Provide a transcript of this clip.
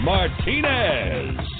Martinez